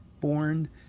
born